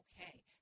okay